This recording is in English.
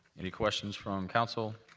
any questions from council?